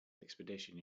expedition